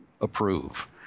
approve